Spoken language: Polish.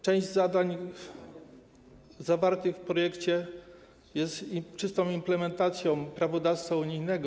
Część zadań zawartych w projekcie jest czystą implementacją prawodawstwa unijnego.